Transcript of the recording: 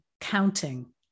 counting